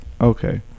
Okay